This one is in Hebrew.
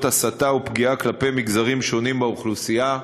הסתה ופגיעה כלפי מגזרים שונים באוכלוסייה,